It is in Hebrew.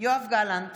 יואב גלנט,